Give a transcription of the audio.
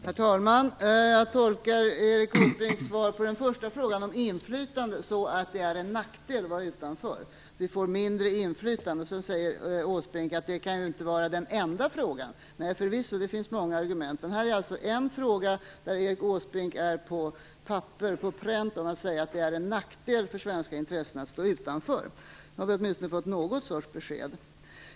Herr talman! Jag tolkar Erik Åsbrinks svar på den första frågan om inflytande så, att det är en nackdel att vara utanför. Vi får mindre inflytande. Erik Åsbrink säger att det inte kan vara den enda frågan. Förvisso inte, det finns många argument. Men det här är en fråga där vi får på pränt att Erik Åsbrink anser att det är en nackdel för svenska intressen att stå utanför. Nu har vi åtminstone fått någon sorts besked.